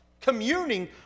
communing